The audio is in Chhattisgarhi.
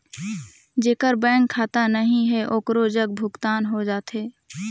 जेकर बैंक खाता नहीं है ओकरो जग भुगतान हो जाथे?